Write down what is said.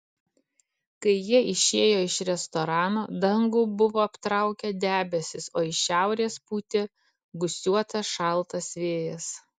kai jie išėjo iš restorano dangų buvo aptraukę debesys o iš šiaurės pūtė gūsiuotas šaltas vėjas